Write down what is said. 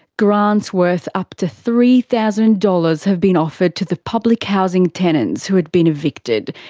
grants worth up to three thousand dollars have been offered to the public housing tenants who had been evicted,